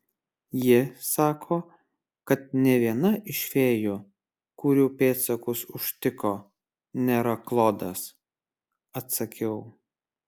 ji sako kad nė viena iš fėjų kurių pėdsakus užtiko nėra klodas atsakiau